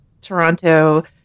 Toronto